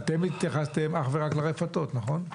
אתם התייחסתם אך ורק לרפתות, נכון?